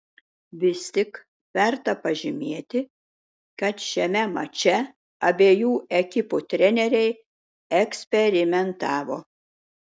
vis tik verta pažymėti kad šiame mače abiejų ekipų treneriai eksperimentavo